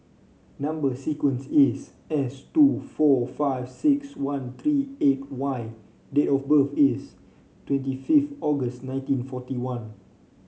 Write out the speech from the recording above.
number sequence is S two four five six one three eight Y date of birth is twenty five August nineteen forty one